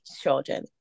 children